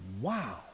Wow